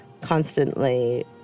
constantly